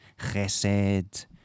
chesed